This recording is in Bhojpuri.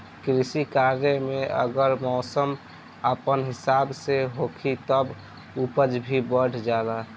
कृषि कार्य में अगर मौसम अपना हिसाब से होखी तब उपज भी बढ़ जाला